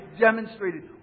demonstrated